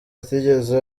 atigeze